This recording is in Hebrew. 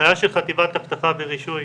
הנחיה של חטיבת אבטחה ורישוי